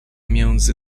między